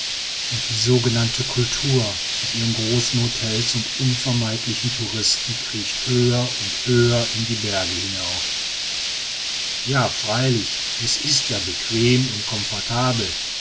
und die sogenannte kultur mit ihren großen hotels und ihren unvermeidlichen touristen kriecht höher und höher in die berge hinauf ja freilich es ist ja bequem und komfortabel